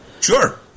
Sure